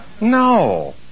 No